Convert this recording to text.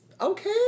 Okay